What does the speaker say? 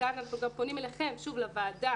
כאן אנחנו גם פונים אליכם, לוועדה,